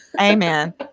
Amen